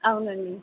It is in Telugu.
అవునండి